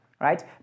right